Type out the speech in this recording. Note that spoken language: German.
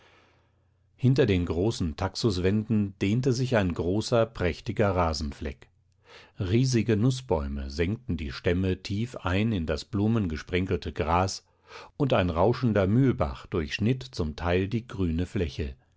hinter den großen taxuswänden dehnte sich ein großer prächtiger rasenfleck riesige nußbäume senkten die stämme tief ein in das blumengesprenkelte gras und ein rauschender mühlbach durchschnitt zum teil die grüne fläche